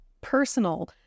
personal